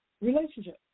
relationship